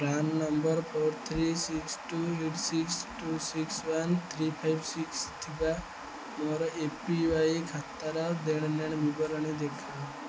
PRAN number four three six two eight six two six one three five six ଥିବା ମୋର A P Y ଖାତାର ଦେଣନେଣ ବିବରଣୀ ଦେଖାଅ